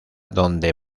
donde